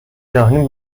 جهانی